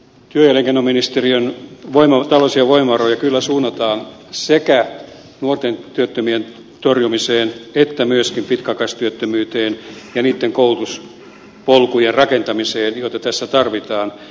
työ ja elinkeinoministeriön taloudellisia voimavaroja kyllä suunnataan sekä nuorten työttömyyden torjumiseen että myöskin pitkäaikaistyöttömyyteen ja niitten koulutuspolkujen rakentamiseen joita tässä tarvitaan